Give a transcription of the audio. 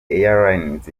airlines